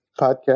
podcast